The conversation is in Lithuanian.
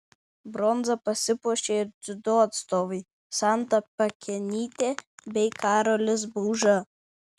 bronza pasipuošė ir dziudo atstovai santa pakenytė bei karolis bauža